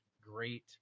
great